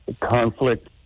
conflict